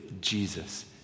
Jesus